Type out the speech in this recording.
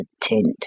tint